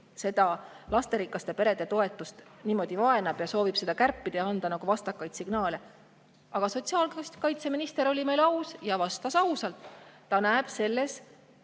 seda lasterikaste perede toetust niimoodi vaenab ja soovib seda kärpida ja anda vastakaid signaale. Aga sotsiaalkaitseminister oli meil aus ja vastas ausalt: ta näeb selles